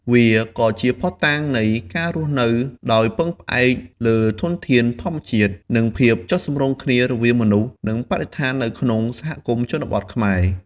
វាក៏ជាភស្តុតាងនៃ ការរស់នៅដោយពឹងផ្អែកលើធនធានធម្មជាតិ និងភាពចុះសម្រុងគ្នារវាងមនុស្ស និងបរិស្ថាននៅក្នុងសហគមន៍ជនបទខ្មែរ។